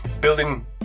building